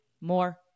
more